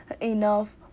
enough